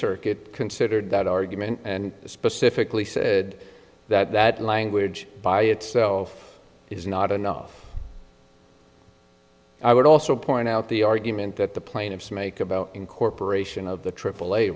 circuit considered that argument and specifically said that that language by itself is not enough i would also point out the argument that the plaintiffs make about incorporation of the triple